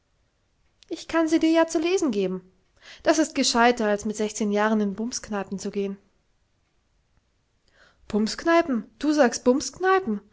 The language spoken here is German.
ich kann dir sie ja zu lesen geben das ist gescheidter als mit sechzehn jahren in bumskneipen zu gehn bumskneipen du sagst